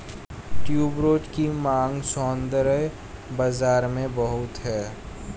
tuberose की मांग सौंदर्य बाज़ार में बहुत है